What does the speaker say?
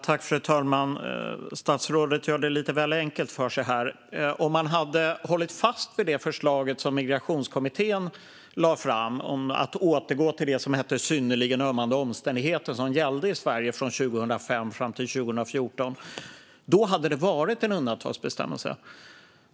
Fru talman! Statsrådet gör det lite väl enkelt för sig. Om han hade hållit fast vid det förslag som Migrationskommittén lade fram om att återgå till det som hette synnerligen ömmande omständigheter och som gällde i Sverige från 2005 fram till 2014 hade det varit en undantagsbestämmelse.